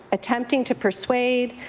attempting to persuade,